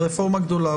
זו רפורמה גדולה,